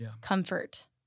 comfort